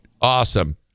Awesome